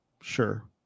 sure